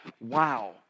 wow